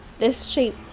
this shape,